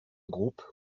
groupes